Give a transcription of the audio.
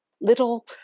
little